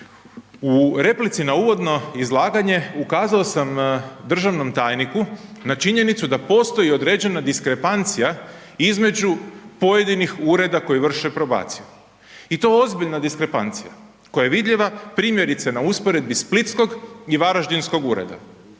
U replici na uvodno izlaganje, ukazao sam državnom tajniku na činjenicu da postoji određena diskrepancija između pojedinih ureda koji vrše probaciju i to ozbiljan diskrepancija koja je vidljiva primjerice na usporedbi splitskog i varaždinskog ureda.